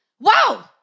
wow